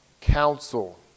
council